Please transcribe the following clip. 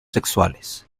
sexuales